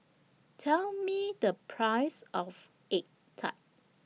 Tell Me The Price of Egg Tart